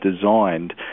designed